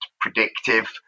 predictive